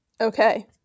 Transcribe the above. Okay